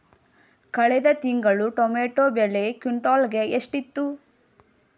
ಕಳೆದ ತಿಂಗಳು ಟೊಮ್ಯಾಟೋ ಬೆಲೆ ಕ್ವಿಂಟಾಲ್ ಗೆ ಎಷ್ಟಿತ್ತು?